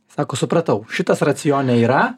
sako supratau šitas racione yra